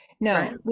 no